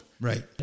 Right